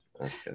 Okay